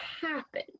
happen